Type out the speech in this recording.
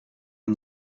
een